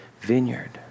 vineyard